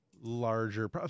larger